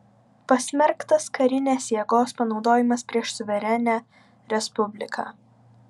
pasmerktas karinės jėgos panaudojimas prieš suverenią respubliką